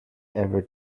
ever